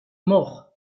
mort